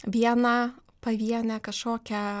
vieną pavienę kažkokią